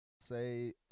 say